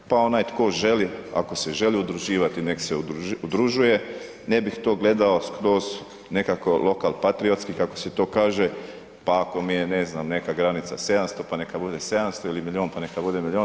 Pa onaj tko želi, ako se želi udruživati nek se udružuje, ne bih to gledao skroz nekako lokalpatriotski kako se to kaže, pa ako mi je ne znam neka granica 700 pa neka bude 700 ili milion, pa neka bude milion.